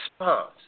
response